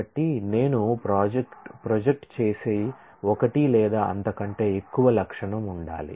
కాబట్టి నేను ప్రొజెక్ట్ చేసే ఒకటి లేదా అంతకంటే ఎక్కువ లక్షణం ఉండాలి